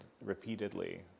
repeatedly